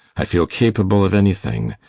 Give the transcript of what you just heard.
i feel capable of anything.